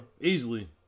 Easily